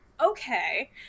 Okay